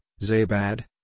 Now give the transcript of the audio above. Zabad